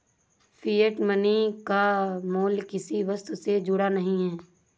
fiat money का मूल्य किसी वस्तु से जुड़ा नहीं है